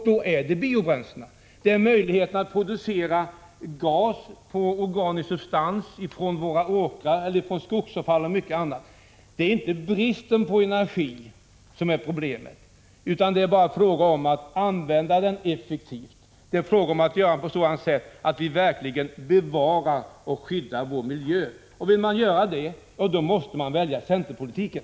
Då är det biobränslena som blir aktuella. Det finns möjlighet att producera gas av organisk substans från åkrar, skogsavfall och mycket annat. Det är inte bristen på energi som är problemet, utan det är bara en fråga om att använda energin effektivt, på ett sådant sätt att vi verkligen bevarar och skyddar vår miljö. Vill man göra det, måste man välja centerpolitiken.